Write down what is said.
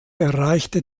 erreichte